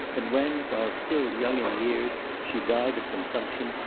and when, while still young in years, she died of consumption,